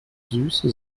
süße